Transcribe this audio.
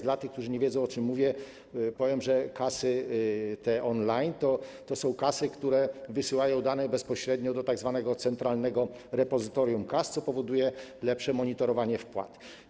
Dla tych, którzy nie wiedzą, o czym mówię, powiem, że te kasy on-line to są kasy, które wysyłają dane bezpośrednio do tzw. Centralnego Repozytorium Kas, co powoduje lepsze monitorowanie wpłat.